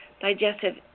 digestive